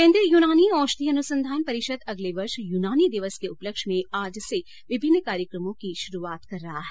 केन्द्रीय यूनानी औषधि अनुसंधान परिषद अगले वर्ष यूनानी दिवस के उपलक्ष्य में आज से विभिन्न कार्यक्रमों की शुरूआत कर रहा है